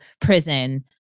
prison